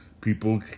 People